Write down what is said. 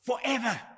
forever